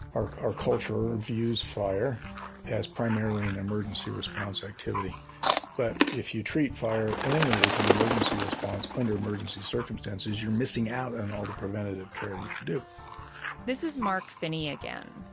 our our culture views fire as primarily an emergency response activity but if you treat fire only as an emergency response under emergency circumstances, you're missing out on and all the preventative care you could do this is mark finney again.